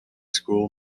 school